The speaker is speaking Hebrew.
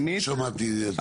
רונן בשארי, מד"א.